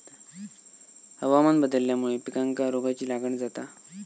हवामान बदलल्यामुळे पिकांका रोगाची लागण जाता